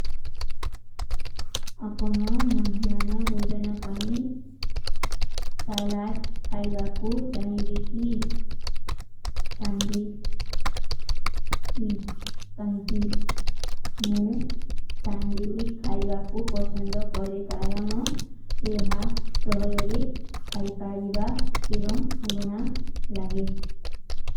ଆପନା ମଦ୍ଯାନା ଭୋଜାନା ପାଈ ସାଲାଟ ଖାଈବା କୋ ଚାହିବେ କୀ ସାଂଗେଶ ଵିଚ କାହିଗୀ। ମୁଂ ସାଂଗେଶ ଵିଚ ଖାଈବା କୋ ପୋସଂଦ କରେ କାରଣ ଏହା ସହଯୋରେ ଖାଈ ପାରିବା ଏବଂଗ ଉରୁନା ଲାଗେ।